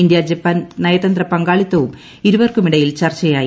India Japan നയതന്ത്ര പങ്കാളിത്തവും ഇരുവർക്കുമിടയിൽ ചർച്ചയായി